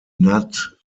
nad